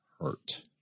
hurt